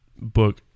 book